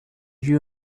you